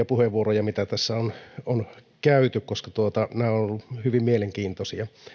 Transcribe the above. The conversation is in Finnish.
puheenvuoroja mitä tässä on on käyty koska nämä ovat olleet hyvin mielenkiintoisia